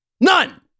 None